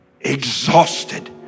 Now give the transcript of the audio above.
Exhausted